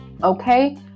okay